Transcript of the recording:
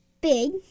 Big